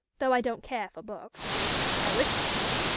though i don't care for books i wish i did.